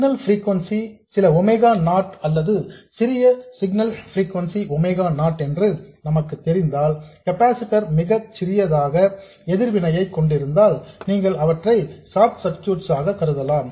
signal frequency சில omega naught அல்லது சிறிய சிக்னல் ஃப்ரீக்கொன்சி ஒமேகா நாட் என்று நமக்கு தெரிந்தால் கெபாசிட்டர்ஸ் மிகச்சிறிய எதிர்வினையை கொண்டிருந்தால் நீங்கள் அவற்றை ஷார்ட் சர்க்யூட்ஸ் ஆக கருதலாம்